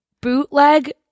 Bootleg